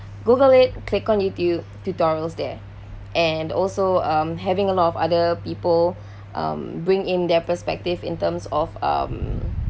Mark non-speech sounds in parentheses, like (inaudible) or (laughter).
google it click on youtube tutorials there and also um having a lot of other people (breath) um bring in their perspective in terms of um